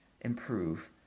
improve